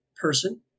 person